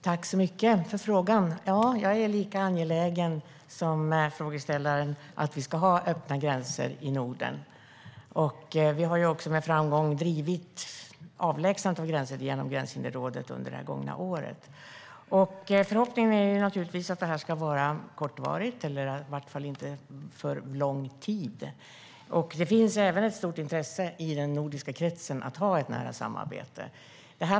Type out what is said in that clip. Herr talman! Tack för frågan! Jag är lika angelägen som frågeställaren om att vi ska ha öppna gränser i Norden. Vi har med framgång avlägsnat hinder med hjälp av Gränshinderrådet under det gångna året. Förhoppningen är att denna situation inte ska vara under för lång tid. Det finns även ett stort intresse i den nordiska kretsen för ett nära samarbete.